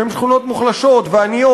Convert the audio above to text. שהן שכונות מוחלשות ועניות,